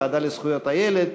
הוועדה לזכויות הילד,